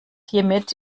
hiermit